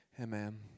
amen